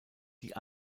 die